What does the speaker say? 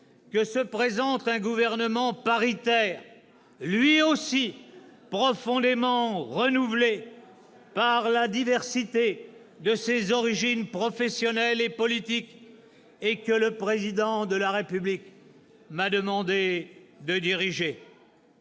que se présente un gouvernement paritaire, lui aussi profondément renouvelé par la diversité de ses origines, professionnelles et politiques, et que le Président de la République m'a demandé de diriger.